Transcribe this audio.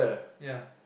ya